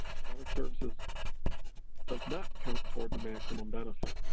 preventive services does not count toward the maximum benefit.